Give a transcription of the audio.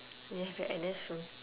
you have your N_S soon